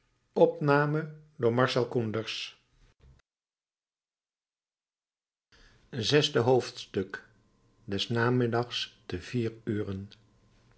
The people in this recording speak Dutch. zesde hoofdstuk des namiddags te vier uren